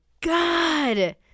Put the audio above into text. God